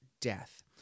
death